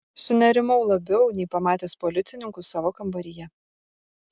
sunerimau labiau nei pamatęs policininkus savo kambaryje